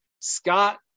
Scott